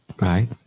Right